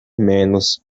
menos